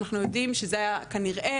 אנחנו יודעים שזה היה כנראה,